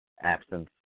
absence